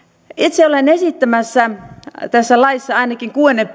olen esittämässä tähän lakiin ainakin kuudennen